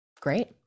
Great